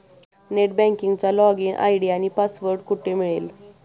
Net बँकिंगचा login ID आणि password कुठे मिळेल?